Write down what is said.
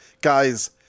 guys